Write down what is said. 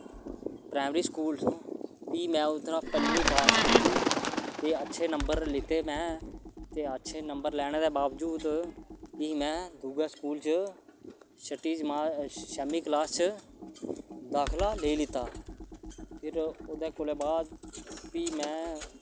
primary school च फ्ही मैं उदरा पंजमी पास कीत्ती ते अच्छे नंबर लैते मैं ते अच्छे नंबर लैने दे बावजूद फ्ही मैं दुऐ स्कूल च छेमी क्लास च दाखला लेई लैता फिर ओह्दे कोला बाद फ्ही मैं